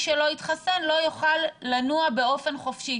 שלא יתחסן לא יוכל לנוע באופן חופשי?